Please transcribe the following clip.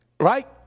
Right